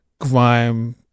grime